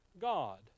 God